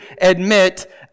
admit